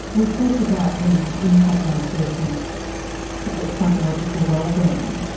we've talked about the impact on a person's psychological wellbeing.